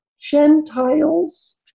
Gentiles